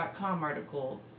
article